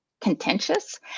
contentious